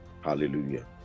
Hallelujah